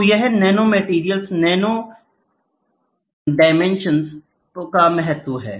तो यह नैनोमटेरियल्स नैनोडीमेंट्स का महत्व है